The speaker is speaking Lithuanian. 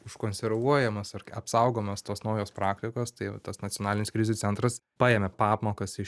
užkonservuojamos ar apsaugomos tos naujos praktikos tai va tas nacionalinis krizių centras paėmė pamokas iš